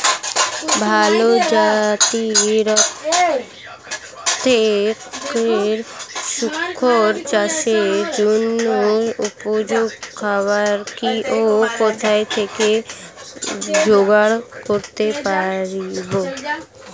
ভালো জাতিরাষ্ট্রের শুকর চাষের জন্য উপযুক্ত খাবার কি ও কোথা থেকে জোগাড় করতে পারব?